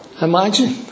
Imagine